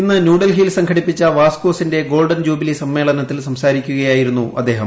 ഇന്ന് ന്യൂഡൽഹിയിൽ സംഘടിപ്പിച്ച വാസ്കോസിന്റെ ഗോൾഡൻ ജൂബിലി സമ്മേളനത്തിൽ സംസാരിക്കുകയായിരുന്നു അദ്ദേഹം